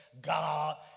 God